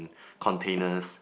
containers